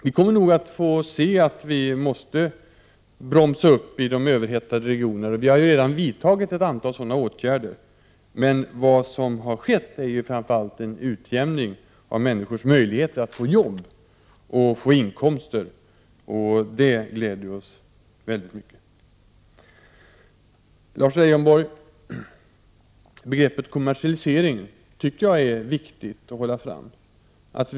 Vi kommer nog att få se att vi måste bromsa upp i de överhettade regionerna, och vi har redan vidtagit ett antal åtgärder i den riktningen. Men vad som har skett är framför allt en utjämning av människors möjligheter att få jobb och få inkomster, och det gläder oss mycket. Begreppet kommersialisering tycker jag är viktigt att hålla fram, Lars Leijonborg.